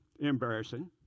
embarrassing